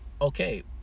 Okay